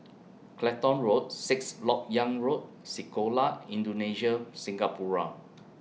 Clacton Road Sixth Lok Yang Road Sekolah Indonesia Singapura